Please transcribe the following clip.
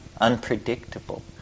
unpredictable